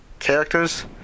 characters